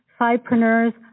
sidepreneurs